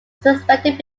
suspended